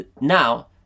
Now